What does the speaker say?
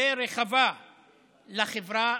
ורחבה לחברה,